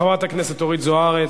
חברת הכנסת אורית זוארץ,